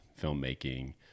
filmmaking